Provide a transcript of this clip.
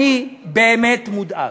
אני באמת מודאג.